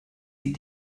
die